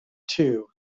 two